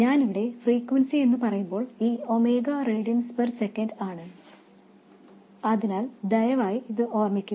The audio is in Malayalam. ഞാൻ ഇവിടെ ഫ്രീക്വെൻസി എന്ന് പറയുമ്പോൾ ഈ ഒമേഗ റേഡിയൻസ് പെർ സെക്കൻഡ് ആണ് അതിനാൽ ദയവായി ഇത് ഓർമ്മിക്കുക